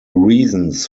reasons